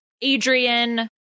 adrian